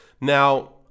Now